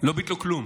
לא ביטלו כלום.